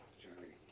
jury.